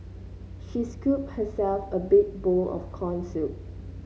she scooped herself a big bowl of corn soup